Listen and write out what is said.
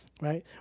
right